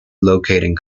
locating